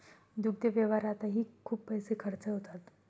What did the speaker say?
दुग्ध व्यवसायातही खूप पैसे खर्च होतात